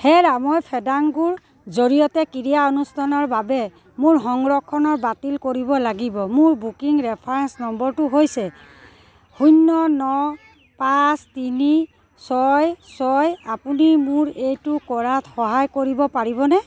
হেৰা মই ফেণ্ডাংগোৰ জৰিয়তে ক্ৰীড়া অনুষ্ঠানৰ বাবে মোৰ সংৰক্ষণ বাতিল কৰিব লাগিব মোৰ বুকিং ৰেফাৰেন্স নম্বৰটো হৈছে শূন্য ন পাঁচ তিনি ছয় ছয় আপুনি মোৰ এইটো কৰাত সহায় কৰিব পাৰিবনে